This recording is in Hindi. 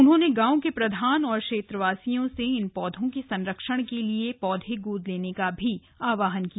उन्होंने गांव के प्रधान और क्षेत्रवासियों से इन पौधों के संरक्षण के लिए पौधे गोद लेने का भी आहवान किया